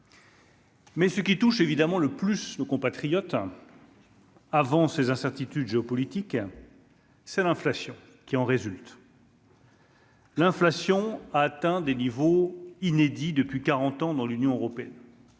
Mais ce qui touche évidemment le plus nos compatriotes. Avant ces incertitudes géopolitiques, c'est l'inflation qui en résultent. L'inflation a atteint des niveaux inédits depuis 40 ans dans l'Union européenne.